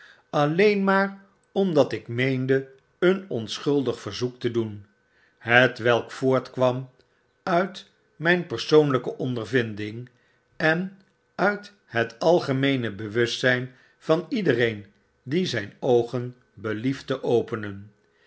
alleen maar omdatik meende een onschuldig verzoek te doen hetwelk voortkwam nit myn persoonlyke ondervinding en uit het algemeene bewustzyn van iedereen die zyn oogen belieft te openen